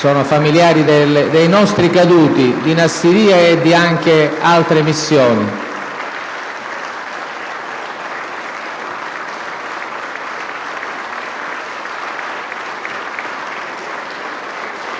Sono familiari dei nostri caduti, di Nassirya e anche di altre missioni.